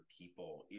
people